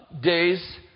days